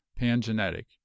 pangenetic